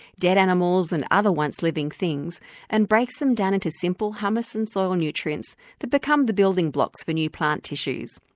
dead animals and other once-living things and breaks them down into simple humus and soil nutrients that become the building blocks for new plant tissues.